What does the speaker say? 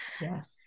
yes